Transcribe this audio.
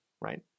right